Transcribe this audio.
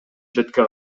четке